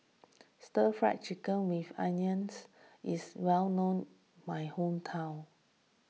Stir Fried Chicken with Onions is well known in my hometown